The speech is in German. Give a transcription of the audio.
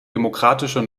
demokratischer